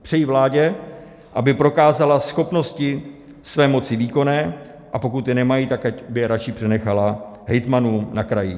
Přeji vládě, aby prokázala schopnosti své moci výkonné, a pokud je nemají, tak aby je radši přenechala hejtmanům na krajích.